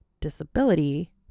disability